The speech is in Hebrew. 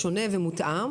שונה ומותאם